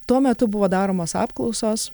tuo metu buvo daromos apklausos